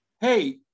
hey